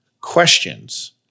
questions